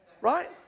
Right